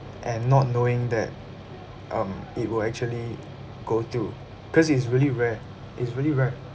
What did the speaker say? and not knowing that um it will actually go through cause it's really rare it's really rare